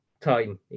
time